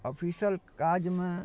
official काजमे